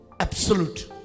Absolute